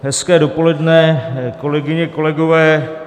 Hezké dopoledne, kolegyně, kolegové.